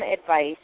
advice